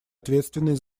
ответственной